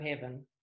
heaven